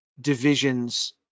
divisions